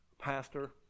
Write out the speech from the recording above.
pastor